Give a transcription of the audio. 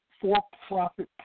for-profit